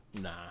Nah